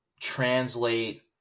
translate